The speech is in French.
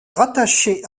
rattachée